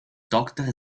dokter